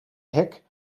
hek